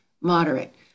moderate